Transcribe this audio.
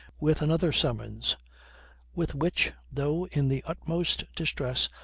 with another summons with which, though in the utmost distress,